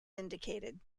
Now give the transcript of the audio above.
indicated